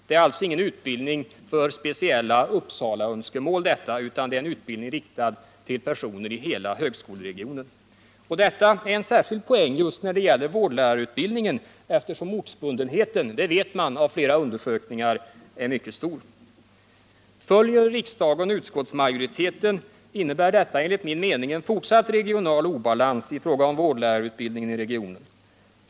Det är alltså ingen utbildning för speciella Uppsalaönskemål, utan en utbildning som är riktad till personer inom hela högskoleregionen. Detta är en särskild poäng när det gäller vårdlärarutbildningen, eftersom ortsbundenheten där — det vet man av flera undersökningar — är mycket stor. Följer riksdagen utskottsmajoriteten innebär detta enligt min mening en ”ortsatt regional obalans i fråga om vårdlärarutbildningen i regionen.